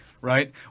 right